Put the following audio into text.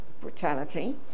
brutality